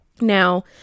Now